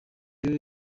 rero